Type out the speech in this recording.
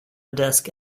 desk